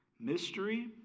Mystery